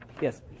Yes